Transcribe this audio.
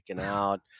out